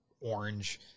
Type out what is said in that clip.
orange